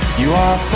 you are